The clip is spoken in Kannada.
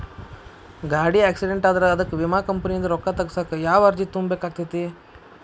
ಗಾಡಿ ಆಕ್ಸಿಡೆಂಟ್ ಆದ್ರ ಅದಕ ವಿಮಾ ಕಂಪನಿಯಿಂದ್ ರೊಕ್ಕಾ ತಗಸಾಕ್ ಯಾವ ಅರ್ಜಿ ತುಂಬೇಕ ಆಗತೈತಿ?